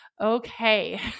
Okay